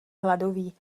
hladový